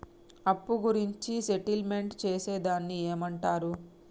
అప్పు గురించి సెటిల్మెంట్ చేసేదాన్ని ఏమంటరు?